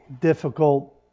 difficult